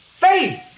faith